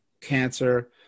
cancer